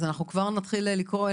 אז אנחנו כבר נתחיל לקרוא,